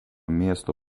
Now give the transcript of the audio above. miesto